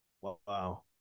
Wow